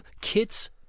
Kit's